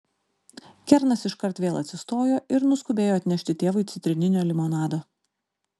kernas iškart vėl atsistojo ir nuskubėjo atnešti tėvui citrininio limonado